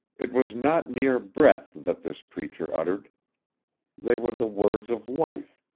it was not mere breath that this preacher uttered they were the words of life,